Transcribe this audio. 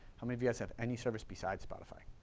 how many of you have any service besides spotify?